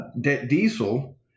diesel